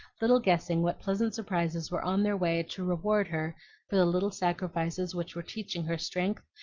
little guessing what pleasant surprises were on their way to reward her for the little sacrifices which were teaching her strength,